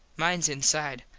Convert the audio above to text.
mines inside.